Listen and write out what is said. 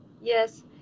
Yes